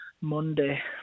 Monday